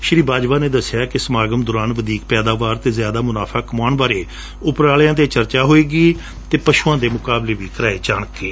ਸ੍ਸੀ ਬਾਜਵਾ ਨੇ ਦੱਸਿਆ ਕਿ ਸਮਾਗਮ ਦੌਰਾਨ ਵਧੀਕ ਪੈਦਾਵਾਰ ਅਤੇ ਜਿਆਦਾ ਮੁਨਾਫਾ ਕਮਾਉਣ ਬਾਰੇ ਉਪਰਾਲਿਆਂ ਤੇ ਚਰਚਾ ਹੋਵੇਗੀ ਅਤੇ ਪਸ਼ੂਆਂ ਦੇ ਮੁਕਾਬਲੇ ਵੀ ਕਰਵਾਏ ਜਾਣਗੇ